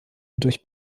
durch